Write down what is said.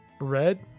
Red